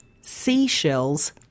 seashells